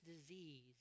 disease